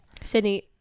Sydney